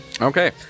okay